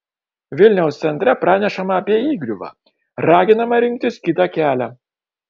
vilniaus centre pranešama apie įgriuvą raginama rinktis kitą kelią